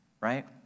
right